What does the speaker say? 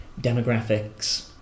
demographics